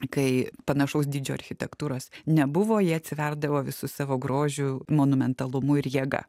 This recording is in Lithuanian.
kai panašaus dydžio architektūros nebuvo ji atsiverdavo visu savo grožiu monumentalumu ir jėga